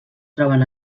troben